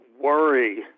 worry